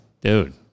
Dude